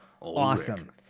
awesome